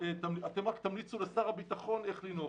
אתם רק תמליצו לשר הביטחון איך לנהוג.